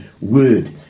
word